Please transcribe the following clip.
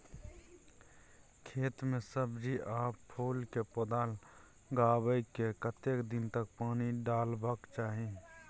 खेत मे सब्जी आ फूल के पौधा लगाबै के कतेक दिन तक पानी डालबाक चाही?